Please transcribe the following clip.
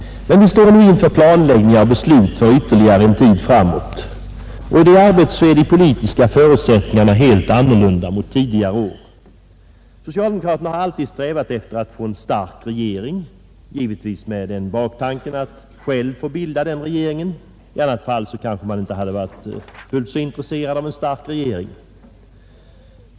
Vi står nu inför planläggningar och beslut för ytterligare en tid framåt. I detta arbete är de politiska förutsättningarna helt annorlunda mot tidigare år. Socialdemokraterna har alltid strävat efter att få en stark regering, givetvis med baktanken att själva få bilda denna regering — i annat fall kanske de inte hade varit fullt så intresserade av en stark regering.